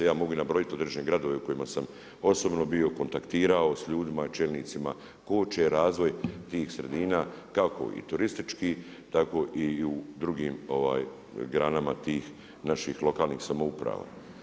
Ja mogu i nabrojiti određene gradove u kojima sam osobno bio, kontaktirao sa ljudima, čelnicima, koče razvoj tih sredina kako i turistički, tako i u drugim granama tih naših lokalnih samouprava.